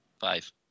Five